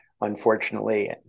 unfortunately